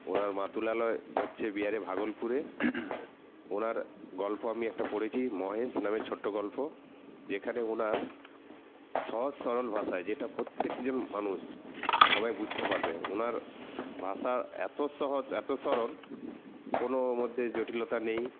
ওঁর মাতুলালয় হচ্ছে বিহারের ভাগলপুরে ওঁর গল্প আমি একটা পড়েছি মহেশ নামে ছোট্ট গল্প যেখানে ওঁর সহজ সরল ভাষায় যেটা প্রত্যেকজন মানুষ সবাই বুঝতে পারবে ওঁর ভাষা এতো সহজ এতো সরল কোনও ওর মধ্যে জটিলতা নেই